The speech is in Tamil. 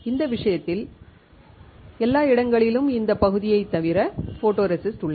இந்த விஷயத்தில் எல்லா இடங்களிலும் இந்த பகுதியைத் தவிர ஃபோட்டோரெசிஸ்ட் உள்ளது